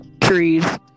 Trees